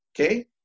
okay